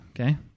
Okay